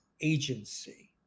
agency